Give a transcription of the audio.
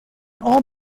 all